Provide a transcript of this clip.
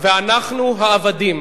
ואנחנו העבדים.